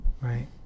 right